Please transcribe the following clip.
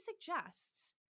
suggests